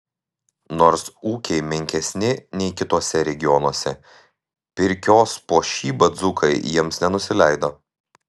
nors ūkiai menkesni nei kituose regionuose pirkios puošyba dzūkai jiems nenusileido